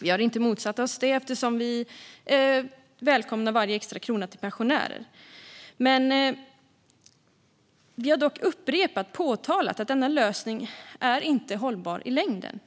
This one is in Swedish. Vi har inte motsatt oss det, eftersom vi välkomnar varje extra krona till pensionärer. Vi har dock påpekat upprepade gånger att denna lösning inte är hållbar i längden.